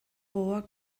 gogoak